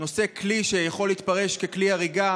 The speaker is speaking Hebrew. נושא כלי שיכול להתפרש ככלי הריגה